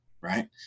Right